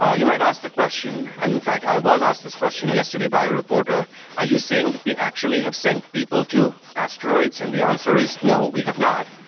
ah you might ask the question, and in fact i was asked this question yesterday by a reporter are you saying that we actually have sent people to asteroids? and the answer is no, we have not.